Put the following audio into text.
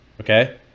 okay